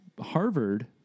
Harvard